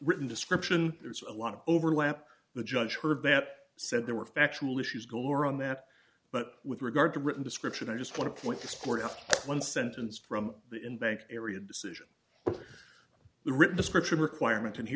written description there's a lot of overlap the judge heard that said there were factual issues goal or on that but with regard to written description i just want to point to support just one sentence from the in bank area decision the written description requirement and he